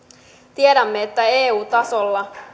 tiedämme että eu tasolla